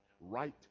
right